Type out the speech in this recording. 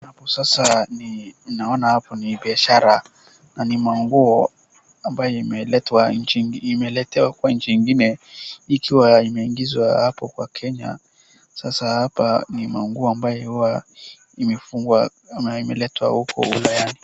Hapo sasa naona hapo ni biashara na ni manguo ambaye imeletewa kwa nchi ingine. ikiwa imeingizwa hapo kwa Kenya. Sasa hapa ni manguo ambaye huwa imefungwa ama imeletwa huko ulayani.